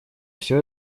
все